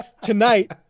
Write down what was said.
tonight